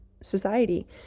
society